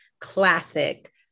classic